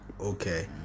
Okay